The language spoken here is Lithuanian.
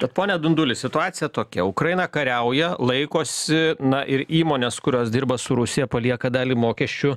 tad pone dunduli situacija tokia ukraina kariauja laikosi na ir įmonės kurios dirba su rusija palieka dalį mokesčių